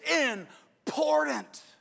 important